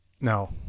No